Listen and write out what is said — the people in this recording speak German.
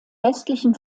westlichen